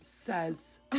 says